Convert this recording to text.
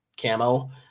camo